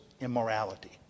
immorality